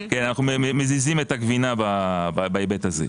אנו מזיזים את הגבינה בהיבט הזה.